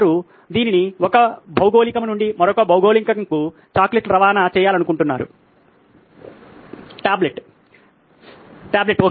వారు దీనిని ఒక భౌగోళికం నుండి మరొక భౌగోళికం కు చాక్లెట్లు రవాణా చేయాలనుకున్నారు టాబ్లెట్ టాబ్లెట్